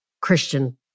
christian